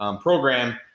program